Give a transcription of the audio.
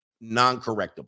non-correctable